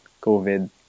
COVID